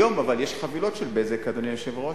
אבל היום יש חבילות של "בזק", אדוני היושב-ראש,